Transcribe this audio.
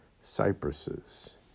cypresses